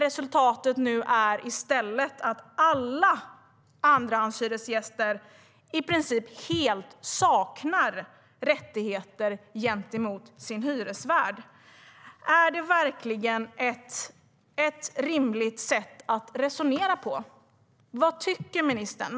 Resultatet är nu i stället att alla andrahandshyresgäster i princip helt saknar rättigheter gentemot sin hyresvärd. Är det verkligen ett rimligt sätt att resonera på? Vad tycker ministern?